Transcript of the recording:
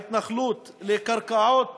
ההתנחלות, לקרקעות